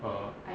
(uh huh)